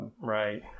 Right